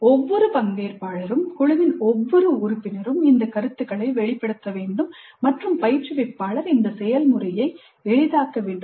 ஒவ்வொரு பங்கேற்பாளரும் குழுவின் ஒவ்வொரு உறுப்பினரும் இந்த கருத்துக்களை வெளிப்படுத்த வேண்டும் மற்றும் பயிற்றுவிப்பாளர் இந்த செயல்முறையை எளிதாக்க வேண்டும்